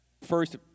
first